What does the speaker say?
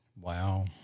Wow